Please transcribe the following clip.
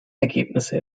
ergebnisse